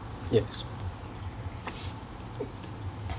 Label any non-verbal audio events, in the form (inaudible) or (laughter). yes (breath)